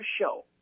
show